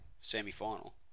semi-final